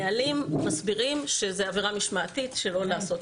הנהלים מסבירים שזו עבירה משמעתית שלא לעשות